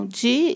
de